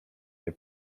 nie